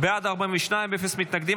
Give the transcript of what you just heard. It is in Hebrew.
בעד, 42, אפס מתנגדים.